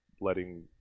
letting